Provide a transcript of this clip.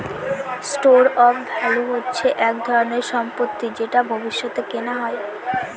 store of value হচ্ছে এক ধরনের সম্পত্তি যেটা ভবিষ্যতে কেনা যায়